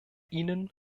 ihnen